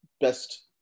best